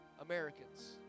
Americans